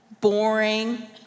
boring